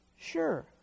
sure